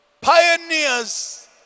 Pioneers